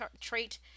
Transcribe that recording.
trait